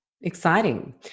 Exciting